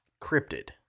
cryptid